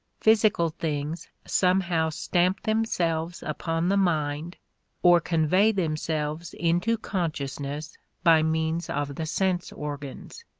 physical things somehow stamp themselves upon the mind or convey themselves into consciousness by means of the sense organs.